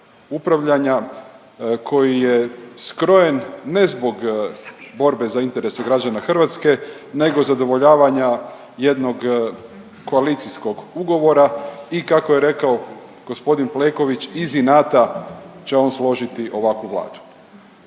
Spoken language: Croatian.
upravljanja koji je skrojen ne zbog borbe za interese građana Hrvatske nego zadovoljavanja jednog koalicijskog ugovora i kako je rekao g. Plenković, iz inata će on složiti ovakvu Vladu.